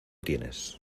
tienes